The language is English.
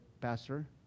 pastor